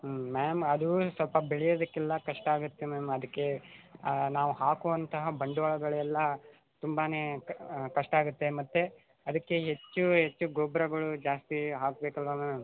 ಹ್ಞೂ ಮ್ಯಾಮ್ ಅದು ಸ್ವಲ್ಪ ಬೆಳ್ಯೋದಕ್ಕೆಲ್ಲ ಕಷ್ಟಾಗುತ್ತೆ ಮ್ಯಾಮ್ ಅದಕ್ಕೆ ನಾವು ಹಾಕುವಂತಹ ಬಂಡವಾಳಗಳೆಲ್ಲ ತುಂಬಾ ಕಷ್ಟ ಆಗುತ್ತೆ ಮತ್ತು ಅದಕ್ಕೆ ಹೆಚ್ಚು ಹೆಚ್ಚು ಗೊಬ್ಬರಗಳು ಜಾಸ್ತಿ ಹಾಕಬೇಕಲ್ವ ಮ್ಯಾಮ್